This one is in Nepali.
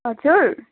हजुर